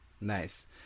nice